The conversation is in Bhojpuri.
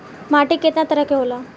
माटी केतना तरह के होला?